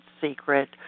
secret